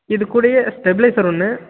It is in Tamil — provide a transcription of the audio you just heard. இதுக்கூடையே ஸ்டெப்லைசர் ஒன்று